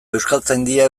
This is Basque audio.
euskaltzaindia